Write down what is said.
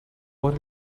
por